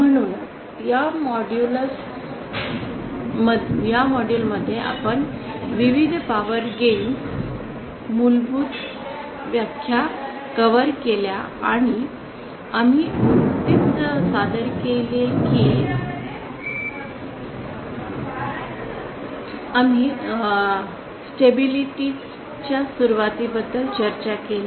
म्हणून या मॉड्यूलमध्ये आम्ही विविध पावर गेन्स मूलभूत व्याख्या कव्हर केल्या आणि आम्ही नुकतीच सादर केली की आम्ही स्थिरतेच्या सुरुवातीबद्दल चर्चा केली